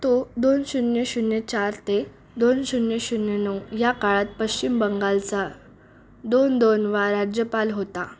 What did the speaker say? तो दोन शून्य शून्य चार ते दोन शून्य शून्य नऊ या काळात पश्चिम बंगालचा दोन दोन वेळा राज्यपाल होता